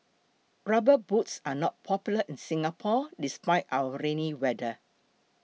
rubber boots are not popular in Singapore despite our rainy weather